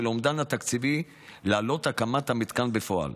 האומדן התקציבי לעלות הקמת המתקן בפועל,